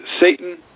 Satan